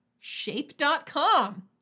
Shape.com